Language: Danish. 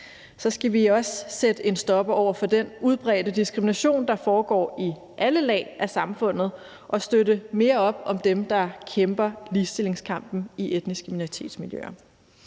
Så skal vi også sætte en stopper for den udbredte diskrimination, der foregår i alle lag af samfundet, og støtte mere op om dem, der kæmper ligestillingskampen i etniske minoritetsmiljøer.